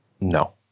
No